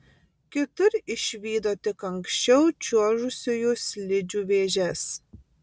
kitur išvydo tik anksčiau čiuožusiųjų slidžių vėžes